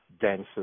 denser